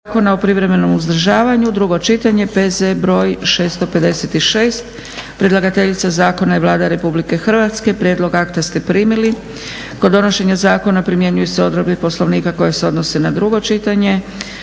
Zakona o privremenom uzdržavanju, drugo čitanje, P.Z. br. 656. Predlagateljica zakona je Vlada RH. Prijedlog akta ste primili. Kod donošenja zakona primjenjuju se odredbe Poslovnika koje se odnose na drugo čitanje.